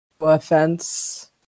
offense